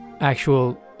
actual